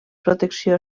protecció